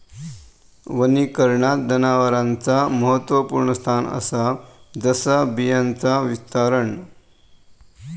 वनीकरणात जनावरांचा महत्त्वपुर्ण स्थान असा जसा बियांचा विस्तारण